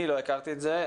אני לא הכרתי את זה,